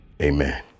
Amen